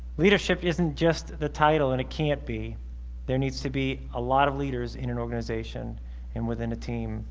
leadership isn't just the title and it can't be there needs to be a lot of leaders in an organization and within a team